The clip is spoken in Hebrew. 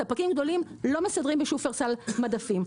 ספקים גדולים לא מסדרים בשופרסל את המדפים,